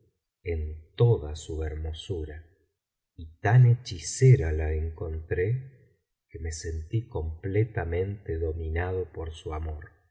en toda su hermosura y tan hechicera la encontré que me sentí completamente dominado por su amor